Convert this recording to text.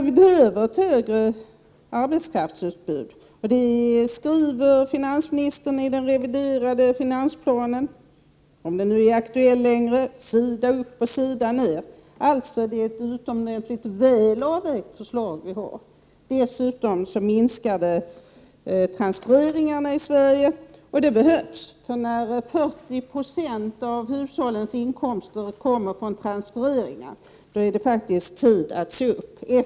Vi behöver ett högre arbetskraftsutbud; det skriver finansministern sida upp och sida ner i den reviderade finansplanen, om den nu är aktuell längre. Det är alltså ett utomordentligt väl avvägt förslag vi har. Dessutom minskar vårt förslag transfereringarna i Sverige, och det behövs. När 40 20 av hushållens inkomster kommer från transfereringar är det faktiskt tid att se upp.